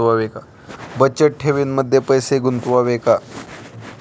बचत ठेवीमध्ये पैसे गुंतवावे का?